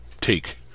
take